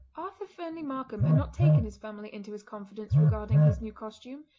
arthur fernlee markam had not taken his family into his confidence regarding his new costume.